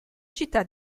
città